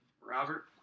robert